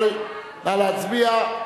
נא להצביע.